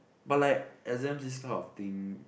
but like exams this kind of thing